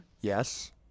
Yes